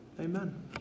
amen